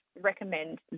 recommend